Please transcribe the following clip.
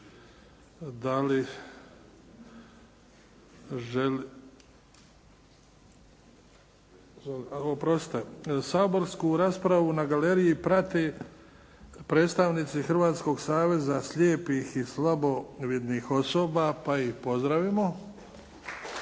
Da li, oprostite, saborsku raspravu na galeriji prate predstavnici Hrvatskog saveza slijepih i slabovidnih osoba pa ih pozdravimo.